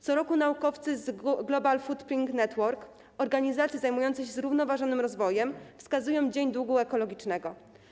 Co roku naukowcy z Global Footprint Network, organizacji zajmującej się zrównoważonym rozwojem, wskazują dzień długu ekologicznego.